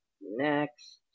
next